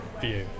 view